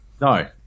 No